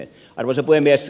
arvoisa puhemies